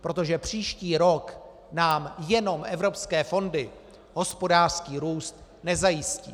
Protože příští rok nám jenom evropské fondy hospodářský růst nezajistí.